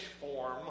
form